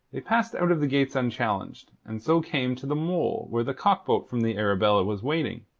they passed out of the gates unchallenged, and so came to the mole where the cock-boat from the arabella was waiting.